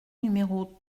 numéro